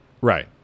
right